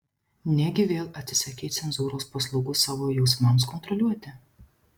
negi vėl atsisakei cenzūros paslaugų savo jausmams kontroliuoti